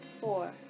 Four